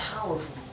powerful